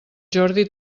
jordi